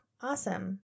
Awesome